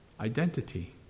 identity